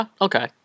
okay